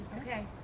Okay